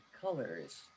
colors